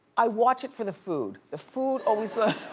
i watch it for the food. the food always, the